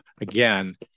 again